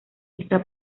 está